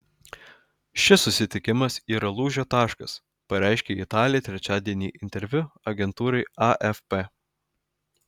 šis susitikimas yra lūžio taškas pareiškė italė trečiadienį interviu agentūrai afp